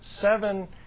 seven